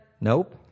Nope